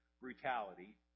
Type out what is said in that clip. brutality